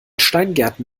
steingärten